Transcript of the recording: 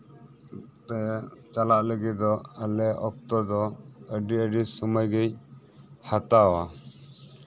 ᱛᱮ ᱪᱟᱞᱟᱜ ᱞᱟᱹᱜᱤᱫ ᱫᱚ ᱟᱞᱮ ᱚᱠᱛᱚ ᱫᱚ ᱟᱹᱰᱤ ᱟᱹᱰᱤ ᱥᱳᱢᱳᱭ ᱜᱮ ᱦᱟᱛᱟᱣᱟ